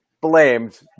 blamed